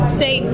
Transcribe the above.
say